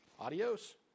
adios